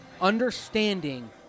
understanding